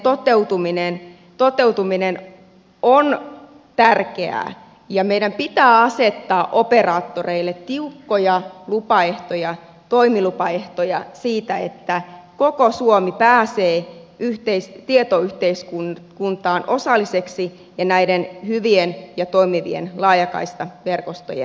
yleispalveluvelvoitteen toteutuminen on tärkeää ja meidän pitää asettaa operaattoreille tiukkoja toimilupaehtoja siitä että koko suomi pääsee tietoyhteiskuntaan osalliseksi ja näiden hyvien ja toimivien laajakaistaverkostojen piiriin